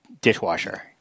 dishwasher